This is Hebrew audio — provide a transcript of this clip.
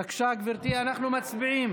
בבקשה, גברתי, אנחנו מצביעים